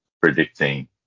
predicting